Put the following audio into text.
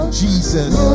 jesus